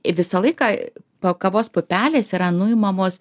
visą laiką po kavos pupelės yra nuimamos